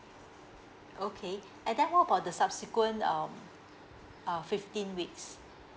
okay and then what about the subsequent um uh fifteen weeks